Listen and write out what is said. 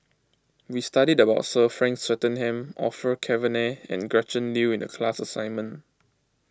we studied about Sir Frank Swettenham Orfeur Cavenagh and Gretchen Liu in the class assignment